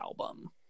album